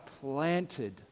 planted